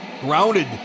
Grounded